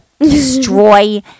destroy